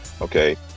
okay